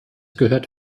gehört